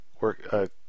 work